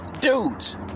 dudes